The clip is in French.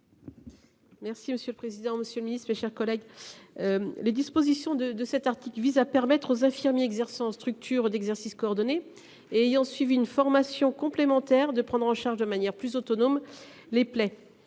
Merci monsieur le président, Monsieur le Ministre, mes chers collègues. Les dispositions de cet article vise à permettre aux infirmiers exerçant structures d'exercice coordonné et ayant suivi une formation complémentaire de prendre en charge de manière plus autonome. Les plaies.